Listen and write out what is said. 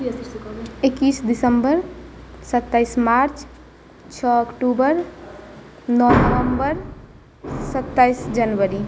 इक्कीस दिस्मबर सत्ताइस मार्च छओ अक्टूबर नओ नवम्बर सत्ताइस जनवरी